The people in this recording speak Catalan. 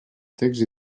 text